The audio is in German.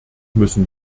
müssen